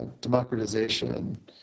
democratization